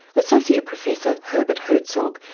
associate professor herbert herzog,